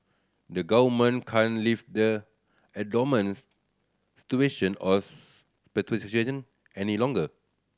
the government can't leave the abnormal situation of any longer